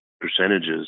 percentages